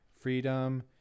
freedom